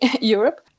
Europe